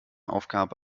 aufgabe